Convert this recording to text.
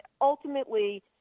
ultimately